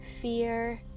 Fear